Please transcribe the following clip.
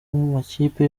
amakipe